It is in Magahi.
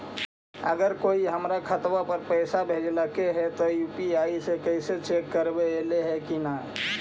अगर कोइ हमर खाता पर पैसा भेजलके हे त यु.पी.आई से पैसबा कैसे चेक करबइ ऐले हे कि न?